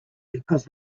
because